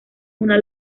una